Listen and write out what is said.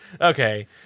Okay